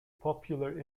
popular